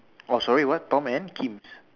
oh sorry what Tom and Kim